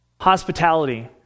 hospitality